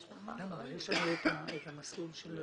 למעט סעיף 77